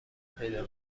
پیدا